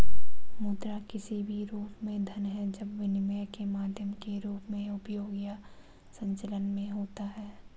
मुद्रा किसी भी रूप में धन है जब विनिमय के माध्यम के रूप में उपयोग या संचलन में होता है